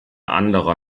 anderer